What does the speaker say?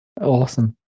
Awesome